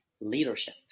leadership